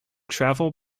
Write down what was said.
travel